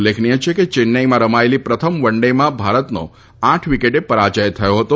ઉલ્લેખનીય છે કે ચેન્નાઇમાં રમાયેલી પ્રથમ વન ડેમાં ભારતનો આઠ વિકેટે પરાજય થયો હતો